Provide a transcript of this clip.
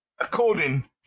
according